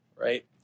right